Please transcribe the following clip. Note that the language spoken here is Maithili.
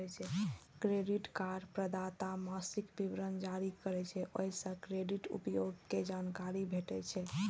क्रेडिट कार्ड प्रदाता मासिक विवरण जारी करै छै, ओइ सं क्रेडिट उपयोग के जानकारी भेटै छै